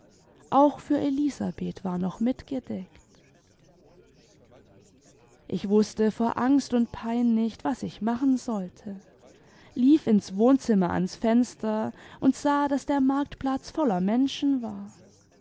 auch für elisabeth war noch mit gedeckt ich wußte vor angst und pein nicht was ich machen sollte lief ins wohnzimmer ans fenster und sah daß der marktplatz voller menschen war